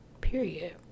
Period